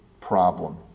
problem